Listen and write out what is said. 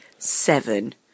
seven